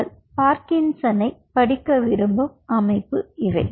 நீங்கள் பார்கின்சனைப் படிக்க விரும்பும் அமைப்பு இவை